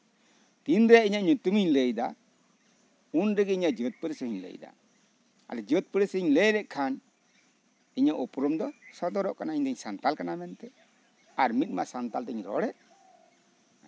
ᱛᱤᱱᱨᱮ ᱤᱧᱟᱹᱜ ᱧᱩᱛᱩᱢᱤᱧ ᱞᱟᱹᱭᱮᱫᱟ ᱩᱱ ᱨᱮᱜᱮ ᱤᱧᱟᱹᱜ ᱡᱟᱹᱛ ᱯᱟ ᱨᱤᱥ ᱦᱚᱸᱧᱞᱟᱹᱭᱮᱫᱟ ᱟᱨ ᱡᱟᱹᱛᱼᱯᱟᱹᱨᱤᱥᱤᱧ ᱞᱟᱹᱭ ᱞᱮᱠᱷᱟᱱ ᱤᱧᱟᱹᱜ ᱩᱯᱨᱩᱢ ᱫᱚ ᱥᱚᱫᱚᱨᱚᱜ ᱠᱟᱱᱟ ᱤᱧ ᱫᱩᱧ ᱥᱟᱱᱛᱟᱞ ᱠᱟᱱᱟ ᱢᱮᱱᱛᱮ ᱟᱨ ᱢᱤᱫ ᱢᱟ ᱥᱟᱱᱛᱟᱞ ᱛᱤᱧ ᱨᱚᱲᱮᱫ